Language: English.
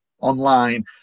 online